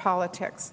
politics